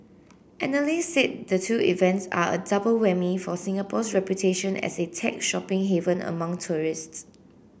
analysts said the two events are a double whammy for Singapore's reputation as a tech shopping haven among tourists